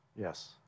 Yes